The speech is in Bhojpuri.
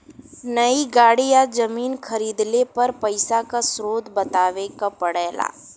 नई गाड़ी या जमीन खरीदले पर पइसा क स्रोत बतावे क पड़ेला